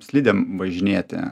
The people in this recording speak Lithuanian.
slidėm važinėti